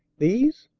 these?